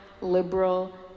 liberal